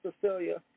Cecilia